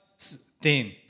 theme